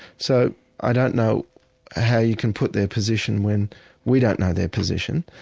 so i don't know how you can put their position when we don't know their position.